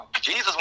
Jesus